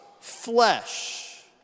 flesh